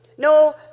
No